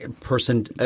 person